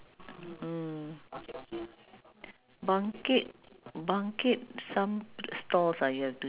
but if let's say don't have nasi sambal goreng but I usually I will try lontong kering